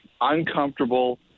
uncomfortable